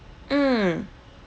mm